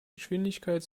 geschwindigkeit